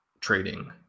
trading